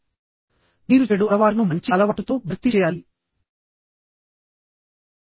నేను హైలైట్ చేసిన మరో విషయం ఏమిటంటే మీరు చెడు అలవాటును మంచి అలవాటుతో భర్తీ చేయడానికి ప్రయత్నించాలి